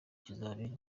kizabera